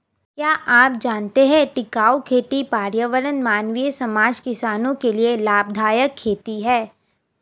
क्या आप जानते है टिकाऊ खेती पर्यावरण, मानवीय समाज, किसानो के लिए लाभदायक खेती है?